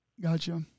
Gotcha